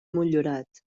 motllurat